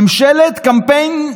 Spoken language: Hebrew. ממשלת קמפיין בנט.